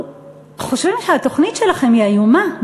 אנחנו חושבים שהתוכנית שלכם היא איומה,